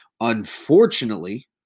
Unfortunately